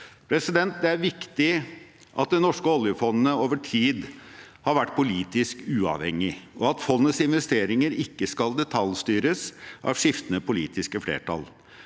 mål. Det er viktig at det norske oljefondet over tid har vært politisk uavhengig, og at fondets investeringer ikke skal detaljstyres av skiftende politiske flertall.